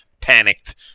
panicked